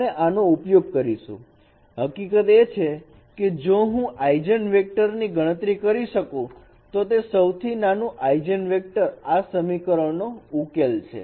આપણે આનો ઉપયોગ કરીશું હકીકત એ છે કે જો હું આઈજન વેક્ટર ની ગણતરી કરી શકું તો તે સૌથી નાનું આઈજન વેક્ટર આ સમીકરણનો ઉકેલ છે